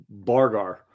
Bargar